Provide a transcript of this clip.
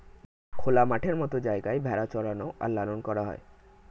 খোলা মাঠের মত জায়গায় ভেড়া চরানো আর লালন করা হয়